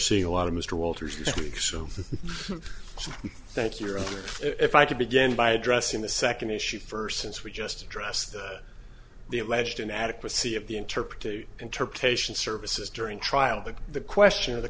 seeing a lot of mr walters this week so thank you if i could begin by addressing the second issue first since we just addressed the alleged inadequacy of the interpretive interpretation services during trial but the question of the